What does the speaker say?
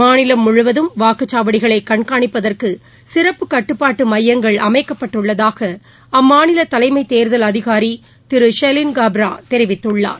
மாநிலம் முழுவதும் வாக்குச்சாவடிகளை கண்காணிப்பதற்கு சிறப்பு கட்டுப்பாட்டு மையங்கள் அமைக்கப்பட்டுள்ளதாக அம்மாநில தலைமை தேர்தல் அதிகாரி திரு ஷலின் காப்ரா தெரிவித்துள்ளார்